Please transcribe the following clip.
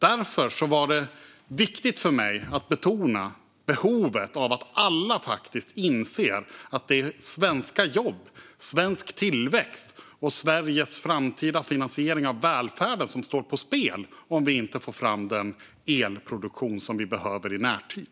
Därför var det viktigt för mig att betona behovet av att alla inser att det är svenska jobb, svensk tillväxt och Sveriges framtida finansiering av välfärden som står på spel om vi inte får fram den elproduktion som vi behöver i närtid.